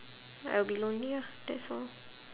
I'll be lonely ah that's all